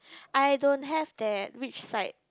I don't have that which side